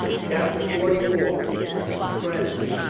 chapter forty-four friends